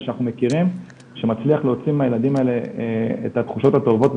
אנחנו רואים את הילדים שלנו שהפכו להיות